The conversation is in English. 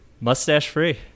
Mustache-free